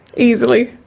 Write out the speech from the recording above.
easily.